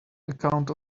account